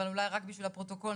אולי רק בשביל הפרוטוקול,